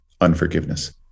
unforgiveness